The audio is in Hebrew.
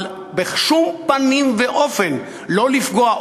אבל בשום פנים ואופן לא לפגוע,